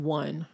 one